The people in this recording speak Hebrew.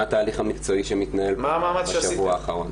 מה התהליך המקצועי שמתנהל בשבוע האחרון?